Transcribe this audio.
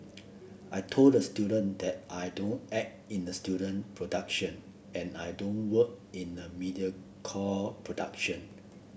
I told the student that I don't act in a student production and I don't work in a mediocre production